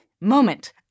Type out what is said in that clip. moment